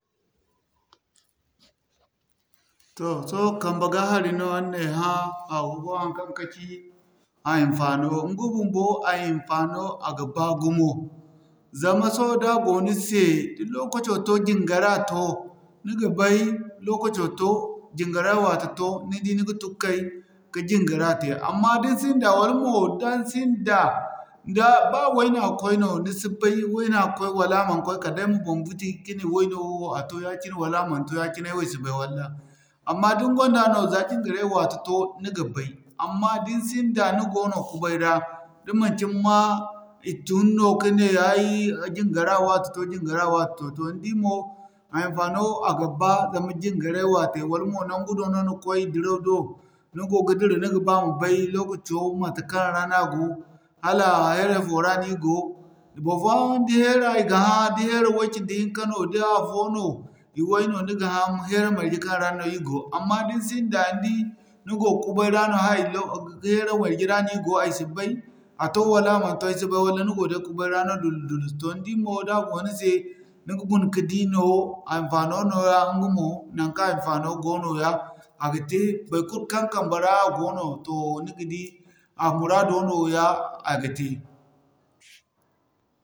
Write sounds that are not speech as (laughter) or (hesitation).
Toh sohõ kambe ga hari no araŋ na ay hã, agogo haŋkaŋ kaci a hinfaano. Ɲga bumbo a hinfaano a ga baa gumo zama sohõ da go ni se, da lokaco to jingara to ni ga bay, lokaco to, jiŋgara wate to ni di ni ga tun kay ka jingara te. Amma da ni sinda wala mo da ni sinda, da ba wayna koy no ni si bay wayna koy wala a man koy kala day ma boŋ fiti, ka ne wayno wo a to ya-cine wala a man to ya-cine ay wo si bay walla. Amma da ni gonda no za jingarey wate to, ni ga bay amma da ni sinda ni goono kubay ra da manci ni ma i tun no ka ne ay jingara wate to, jingara wate to. Toh ni di mo a hinfaano a ga ba, zama jingarey wate wala mo naŋgu do no ni koy, diraw do ni go ga dira ni ga ba ma bay lokaco matekaŋ ra a go wala mo a here fo ra no ir go, barfoyaŋ da hera i ga hã da here way-cindi hinka no, da afo no, iway no, ni ga hã here marje kaŋ ra no ir go. Amma da ni sinda ni di ni go kubay ra no hay, (hesitation) hera marje ra no ir go ay si bay, a to wala a man to ay si bay, walla ni go day kubay ra no dulus-dulus to ni di mo da go ni se, ni ga guna ka di no, a hinfaano nooya ɲga mo, naŋkaŋ a hinfaano go nooya a ga te, baikulu kaŋ kambe ra a go no toh ni ga di a muraado nooya a ga te.